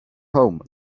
home